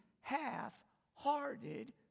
half-hearted